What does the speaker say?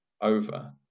over